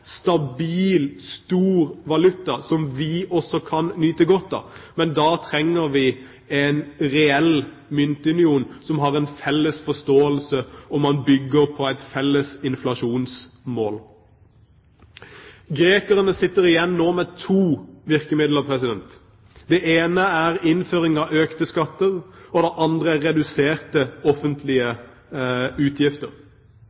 reell myntunion som har en felles forståelse, og som bygger på et felles inflasjonsmål. Grekerne sitter nå igjen med to virkemidler: Det ene er innføring av økte skatter, og det andre er reduserte